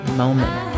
moment